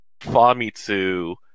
Famitsu